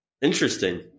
Interesting